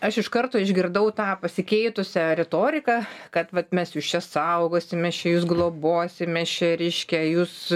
aš iš karto išgirdau tą pasikeitusią retoriką kad vat mes jūs čia saugosimės čia jus globosime šią reiškia jūs